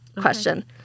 question